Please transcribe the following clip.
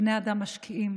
שבני האדם משקיעים